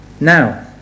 Now